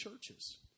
churches